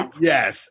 Yes